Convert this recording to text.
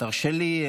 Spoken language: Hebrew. תרשה לי,